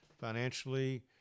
Financially